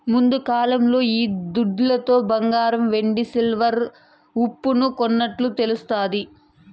ముందుకాలంలో ఈ దుడ్లతో బంగారం వెండి సిల్వర్ ఉప్పును కొన్నట్టు తెలుస్తాది